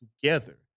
together